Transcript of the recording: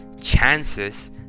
Chances